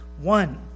One